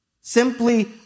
Simply